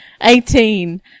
Eighteen